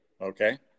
Okay